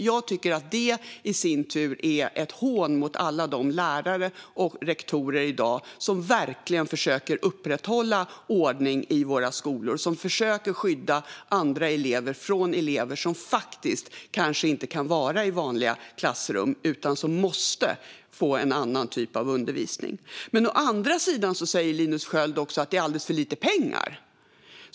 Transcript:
Jag tycker att detta är ett hån mot alla de lärare och rektorer som verkligen försöker upprätthålla ordning i våra skolor i dag, som försöker skydda elever från andra elever som faktiskt kanske inte kan vara i vanliga klassrum utan som måste få en annan typ av undervisning. Men å andra sidan säger Linus Sköld att det finns alldeles för lite pengar.